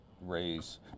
raise